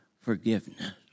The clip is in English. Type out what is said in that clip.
forgiveness